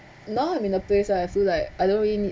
now I'm in a place like I feel like I don't really need